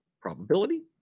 probability